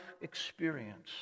experience